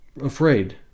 afraid